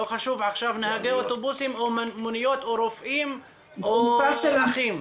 לא חשוב עכשיו נהגי אוטובוסים או מוניות או רופאים או נכים.